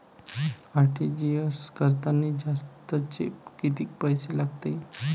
RTGS करतांनी जास्तचे कितीक पैसे लागते?